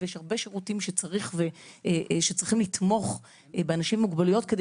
יש הרבה שירותים שצריכים לתמוך באנשים עם מוגבלויות כדי